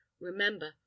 remember